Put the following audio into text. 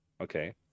okay